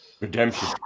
Redemption